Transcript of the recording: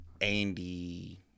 Andy